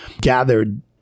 gathered